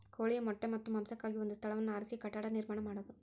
ಕೋಳಿಯ ಮೊಟ್ಟೆ ಮತ್ತ ಮಾಂಸಕ್ಕಾಗಿ ಒಂದ ಸ್ಥಳವನ್ನ ಆರಿಸಿ ಕಟ್ಟಡಾ ನಿರ್ಮಾಣಾ ಮಾಡುದು